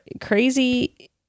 crazy